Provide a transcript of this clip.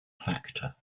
factor